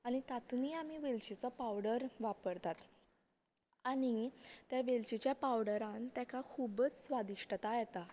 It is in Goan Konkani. आनी तातूंतय आमी वेलचीचो पावडर वापरतात आनी त्या वेलचीच्या पवडरान तेका खूबच स्वादिश्टता येता